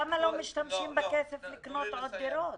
למה לא משתמשים בכסף כדי לקנות עוד דירות?